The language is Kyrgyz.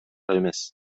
эмес